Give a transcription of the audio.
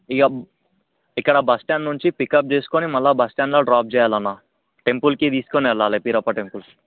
ఇకఇక్కడ bus stand నుంచి pickup చేసుకుని మళ్ళా బస్స్టాండ్లో డ్రాప్ చేయాలి అన్న టెంపుల్కి తీసుకుని వెళ్ళాలి బీరప్ప టెంపుల్